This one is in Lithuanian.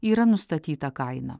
yra nustatyta kaina